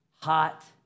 hot